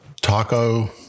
taco